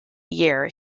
year